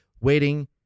waiting